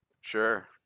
Sure